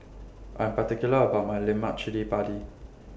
I'm particular about My Lemak Chili Padi